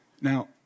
Now